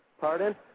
Pardon